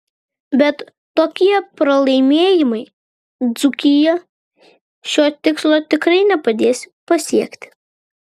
bet tokie pralaimėjimai dzūkijai šio tikslo tikrai nepadės pasiekti